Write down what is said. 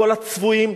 כל הצבועים,